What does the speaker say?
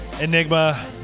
Enigma